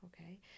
okay